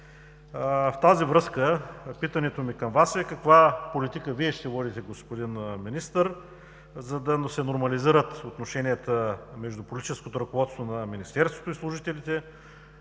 В тази връзка питането ми към Вас е: каква политика Вие ще водите, господин Министър, за да се нормализират отношенията между политическото ръководство на Министерството и служителите?